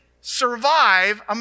survive